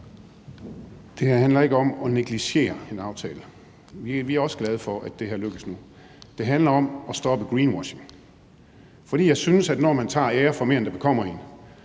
Det her handler ikke om at negligere en aftale. Vi er også glade for, at det her lykkes nu. Det handler om at stoppe greenwashing. For jeg synes, at man tager ære for mere end det, der tilkommer en,